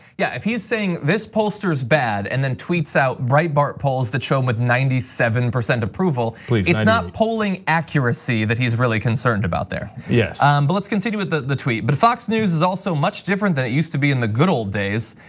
yeah, if he's saying this pollster is bad, and then tweets out breitbart polls that show him with ninety seven percent approval, it's you know not polling accuracy that he's really concerned about there. yes. yeah but let's continue with the the tweet. but foxnews is also much different than it used to be in the good old days.